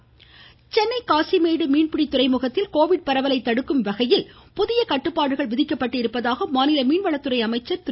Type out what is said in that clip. ஜெயக்குமார் சென்னை காசிமேடு மீன்பிடி துறைமுகத்தில் கோவிட் பரவலை தடுக்கும் விதத்தில் புதிய கட்டுப்பாடுகள் விதிக்கப்படுவதாக மாநில மீன்வளத்துறை அமைச்சர் திரு